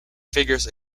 figures